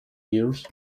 years